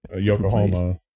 Yokohama